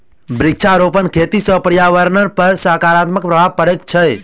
वृक्षारोपण खेती सॅ पर्यावरणपर सकारात्मक प्रभाव पड़ैत छै